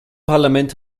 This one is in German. parlament